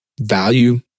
value